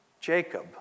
Jacob